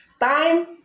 time